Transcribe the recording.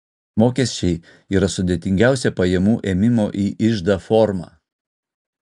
mokesčiai yra sudėtingiausia pajamų ėmimo į iždą forma